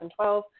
2012